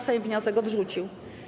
Sejm wniosek odrzucił.